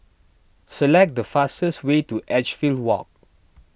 select the fastest way to Edgefield Walk